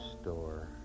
store